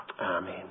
Amen